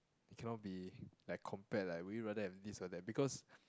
cannot be like compared like would you rather have this or that because